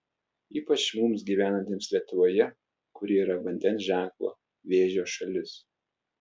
ypač mums gyvenantiems lietuvoje kuri yra vandens ženklo vėžio šalis